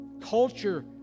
culture